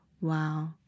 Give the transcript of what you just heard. wow